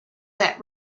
that